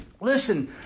listen